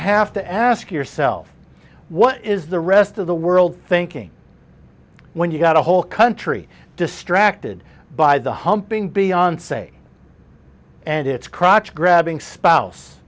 have to ask yourself what is the rest of the world thinking when you got a whole country distracted by the humping beyond say and it's crotch grabbing spouse